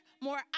more